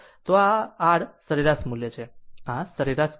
તો આ r સરેરાશ મુલ્ય છે આ સરેરાશ કિંમત છે